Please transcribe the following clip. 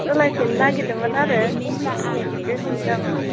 सोलायफिननो नागिरदोंमोन आरो गेसनि दामा